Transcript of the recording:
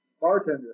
bartender